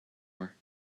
war